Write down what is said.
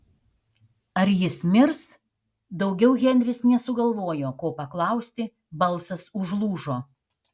ar jis mirs daugiau henris nesugalvojo ko paklausti balsas užlūžo